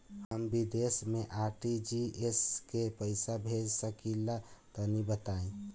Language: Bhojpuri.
हम विदेस मे आर.टी.जी.एस से पईसा भेज सकिला तनि बताई?